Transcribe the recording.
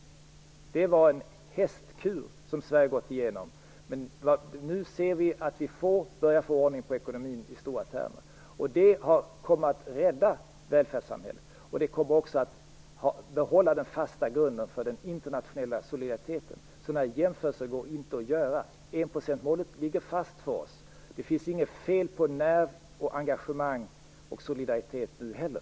Det var en hästkur som Sverige fick gå igenom. Nu ser vi att vi börjar få ordning på ekonomin i stora termer, och det kommer att rädda välfärdssamhället. Det gör också att vi kan behålla den fasta grunden för den internationella solidariteten. Sådana här jämförelser går inte att göra. Enprocentsmålet ligger fast för oss. Det finns inget fel på nerv, engagemang och solidaritet nu heller.